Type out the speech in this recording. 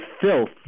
filth